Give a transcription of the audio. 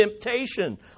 temptation